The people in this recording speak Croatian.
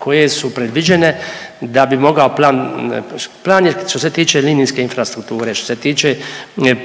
koje su predviđene da bi mogao plan, plan je što se tiče linijske infrastrukture, što se tiče